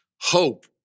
hope